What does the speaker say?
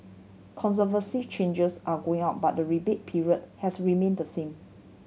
conservancy charges are going up but the rebate period has remained the same